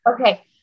Okay